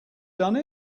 done